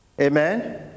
amen